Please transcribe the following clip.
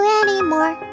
anymore